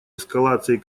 эскалацией